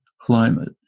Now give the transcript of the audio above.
climate